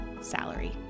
salary